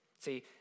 See